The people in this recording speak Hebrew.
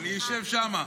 אני אשב שם.